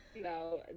No